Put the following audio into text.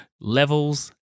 levels